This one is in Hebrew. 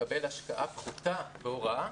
מקבל השקעה פחותה בהוראה